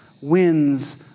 wins